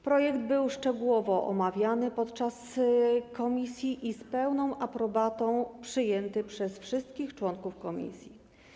Projekt był szczegółowo omawiany w komisji i z pełną aprobatą przyjęty przez wszystkich członków komisji.